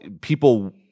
people –